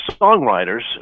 songwriters